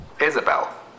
isabel